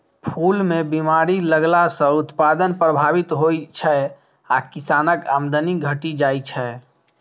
फूल मे बीमारी लगला सं उत्पादन प्रभावित होइ छै आ किसानक आमदनी घटि जाइ छै